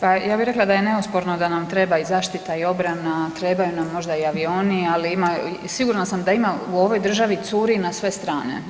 Pa ja bih rekla da je neosporno da nam treba i zaštita i obrana, trebaju nam, možda i avioni, ali ima, sigurna sam da ima, u ovoj državi curi na sve strane.